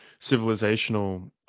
civilizational